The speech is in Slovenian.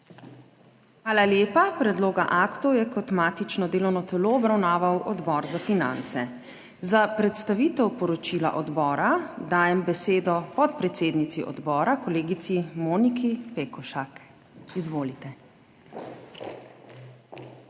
Hvala lepa. Predloga aktov je kot matično delovno telo obravnaval Odbor za finance. Za predstavitev poročila odbora dajem besedo podpredsednici odbora kolegici Moniki Pekošak. Izvolite.